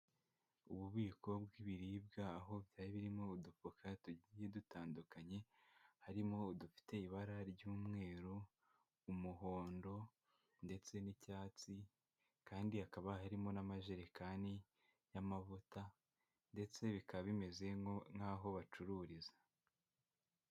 Ububiko bw'ibiribwa aho byari birimo udupfuka tugiye dutandukanye, harimo udufite ibara ry'umweru, umuhondo ndetse n'icyatsi kandi hakaba harimo n'amajerekani y'amavuta ndetse bikaba bimeze nk'aho bacururiza.